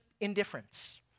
indifference